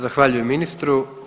Zahvaljujem ministru.